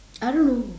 I don't know